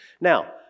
Now